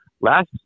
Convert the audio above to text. last